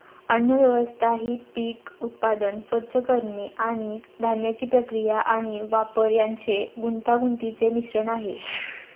अन्नव्यवस्था ही पीक उत्पादन, स्वच्छ करणे आणि धान्याची प्रक्रिया आणि वापर यांचे गुंतागुंतीचे मिश्रण आहे